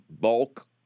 bulk